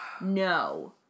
no